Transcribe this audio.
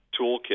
toolkit